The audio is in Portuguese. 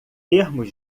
termos